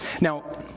Now